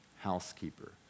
housekeeper